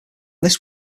this